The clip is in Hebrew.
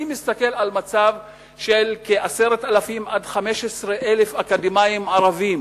אני מסתכל על מצב של 10,000 15,000 אקדמאים ערבים